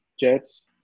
Jets